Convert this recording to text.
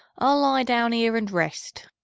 i'll lie down here and rest.